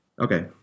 Okay